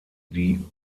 die